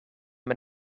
met